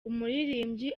umuririmbyi